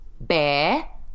bear